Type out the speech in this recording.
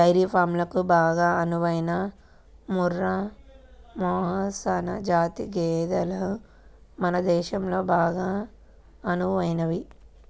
dairy ఫారంలకు బాగా అనువైన ముర్రా, మెహసనా జాతి గేదెలు మన దేశంలో బాగా అనువైనవి